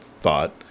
thought